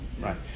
Right